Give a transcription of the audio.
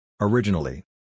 Originally